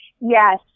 Yes